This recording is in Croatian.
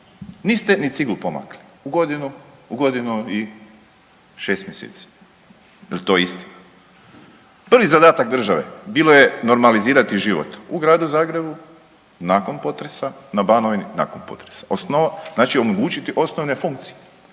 niste ni ciglu pomakli u godinu i šest mjeseci. Jel' to istina? Prvi zadatak države bilo je normalizirati život u gradu Zagrebu nakon potresa na Banovini. Znači omogućiti osnovne funkcije